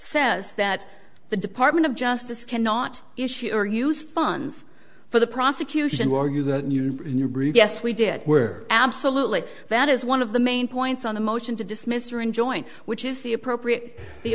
says that the department of justice cannot issue or use funds for the prosecution argue that yes we did where absolutely that is one of the main points on the motion to dismiss or enjoy which is the appropriate the